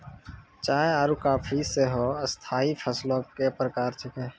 चाय आरु काफी सेहो स्थाई फसलो के प्रकार छै